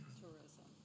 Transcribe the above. tourism